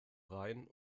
rhein